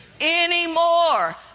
anymore